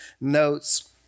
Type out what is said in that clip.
notes